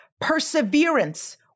Perseverance